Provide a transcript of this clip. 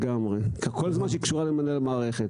לגמרי, כל זמן שהיא קשורה למנהל המערכת.